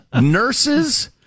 nurses